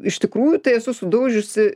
iš tikrųjų tai esu sudaužiusi